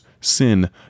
sin